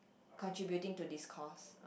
contributing to this cost